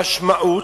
המשמעות.